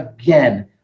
again